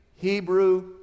Hebrew